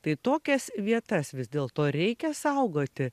tai tokias vietas vis dėlto reikia saugoti